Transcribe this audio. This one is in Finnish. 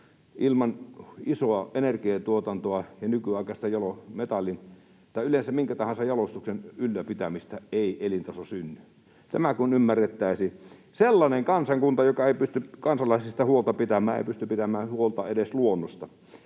Ilman isoa energiantuotantoa ja nykyaikaista metallin- tai yleensä minkä tahansa jalostuksen ylläpitämistä ei elintaso synny — tämä kun ymmärrettäisiin. Sellainen kansakunta, joka ei pysty kansalaisistaan huolta pitämään, ei pysty pitämään huolta edes luonnosta.